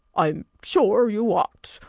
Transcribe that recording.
i am sure you ought,